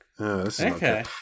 Okay